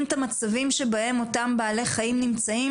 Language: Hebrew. את המצבים שבהם אותם בעלי חיים נמצאים,